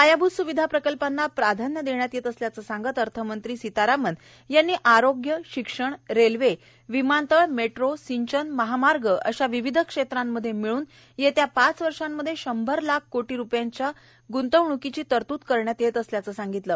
पायाभूत सुविधा प्रकल्पांना प्राधान्य दृष्यात यव्न असल्याचं सांधत अर्थमंत्री सितारामन यांनी आरोग्य शिक्षण राष्ट्रवा़ विमानतळ मह्रो सिंचन महामार्प अशा विविध क्षाबांमध्या मिळून यप्त्या पाच वर्षामध्य शंभर लाख कोटी रुपयांच्या प्तवण्कीची तरतूद करण्यात यव्व असल्याचं सांपितलं